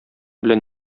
белән